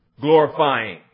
glorifying